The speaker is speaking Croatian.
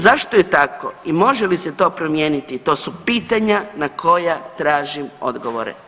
Zašto je tako i može li se to promijeniti, to su pitanja na koja tražim odgovore.